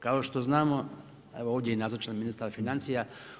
Kao što znamo evo ovdje je nazočan i ministar financija.